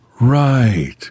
Right